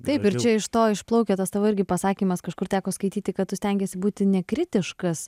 taip ir čia iš to išplaukia tas tavo irgi pasakymas kažkur teko skaityti kad tu stengiesi būti nekritiškas